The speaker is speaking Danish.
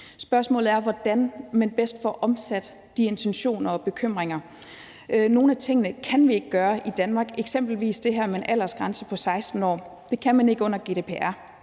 Spørgsmålet er, hvordan man bedst får omsat de intentioner og bekymringer. Nogle af tingene kan vi ikke gøre i Danmark, eksempelvis det her med en aldersgrænse på 16 år. Det kan man ikke under GDPR.